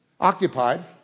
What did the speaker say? Occupied